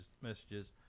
messages